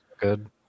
good